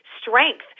strength